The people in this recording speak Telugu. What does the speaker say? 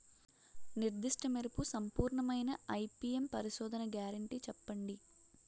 నిర్దిష్ట మెరుపు సంపూర్ణమైన ఐ.పీ.ఎం పరిశోధన గ్యారంటీ చెప్పండి?